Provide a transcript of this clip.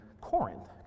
Corinth